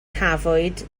cafwyd